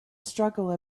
struggle